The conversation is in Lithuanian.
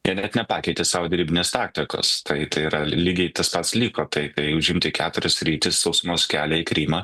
jie net nepakeitė savo derybinės taktikos tai tai yra lygiai tas pats liko tai tai užimti keturias sritis sausumos kelią į krymą